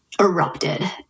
erupted